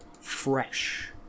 fresh